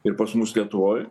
ir pas mus lietuvoj